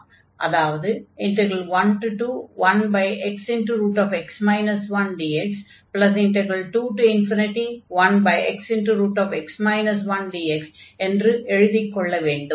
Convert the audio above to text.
அதாவது 121xx 1dx21xx 1dx என்று எழுதிக் கொள்ள வேண்டும்